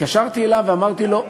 התקשרתי אליו ואמרתי לו,